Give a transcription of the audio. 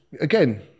again